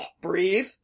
Breathe